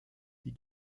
die